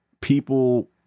people